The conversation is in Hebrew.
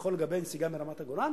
נכון לגבי נסיגת מרמת-הגולן,